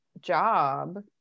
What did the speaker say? job